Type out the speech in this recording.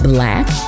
Black